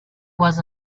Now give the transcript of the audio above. was